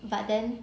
but then